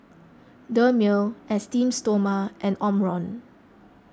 Dermale Esteem Stoma and Omron